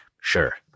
sure